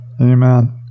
Amen